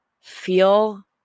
feel